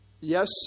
yes